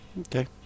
Okay